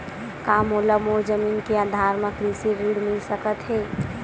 का मोला मोर जमीन के आधार म कृषि ऋण मिल सकत हे?